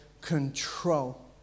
control